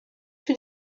für